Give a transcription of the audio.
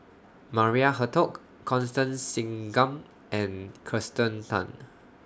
Maria Hertogh Constance Singam and Kirsten Tan